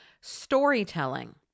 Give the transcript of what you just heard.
storytelling